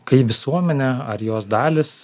kai visuomenė ar jos dalys